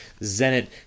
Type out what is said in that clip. Zenit